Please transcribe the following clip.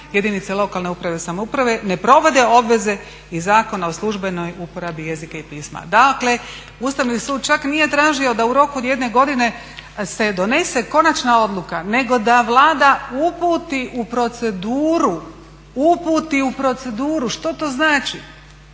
jedinice lokalne uprave i samouprave ne provode obveze iz Zakona o službenoj uporabi jezika i pisma. Dakle, Ustavni sud čak nije tražio da u roku od jedne godine se donese konačna odluka nego da Vlada uputi u proceduru. Što to znači?